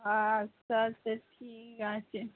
আচ্ছা আচ্ছা ঠিক আছে